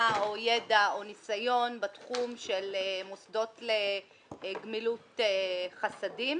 או ידע או ניסיון בתחום של מוסדות לגמילות חסדים.